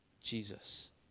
Jesus